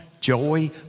joy